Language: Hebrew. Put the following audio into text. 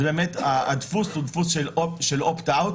באמת הדפוס הוא דפוס של opt-out,